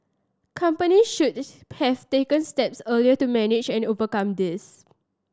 company should have taken steps early to managed and overcome this